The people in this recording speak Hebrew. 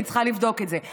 אני צריכה לבדוק את זה.